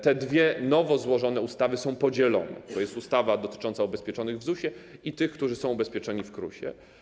Te dwie nowe złożone ustawy są podzielone: to jest ustawa dotycząca ubezpieczonych w ZUS-ie i tych, którzy są ubezpieczeni w KRUS-ie.